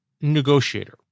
negotiator